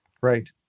Right